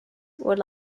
were